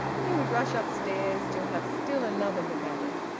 he would rush upstairs to have still another look at it.